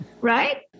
right